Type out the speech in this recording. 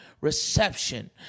Reception